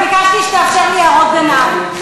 שתי אפשרויות: או ריק או שקט.